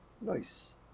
nice